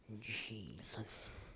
Jesus